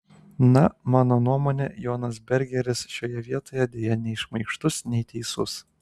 na mano nuomone jonas bergeris šioje vietoje deja nei šmaikštus nei teisus